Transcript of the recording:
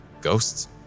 ghosts